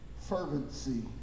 Fervency